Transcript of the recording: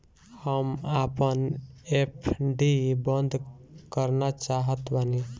हम आपन एफ.डी बंद करना चाहत बानी